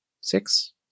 six